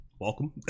welcome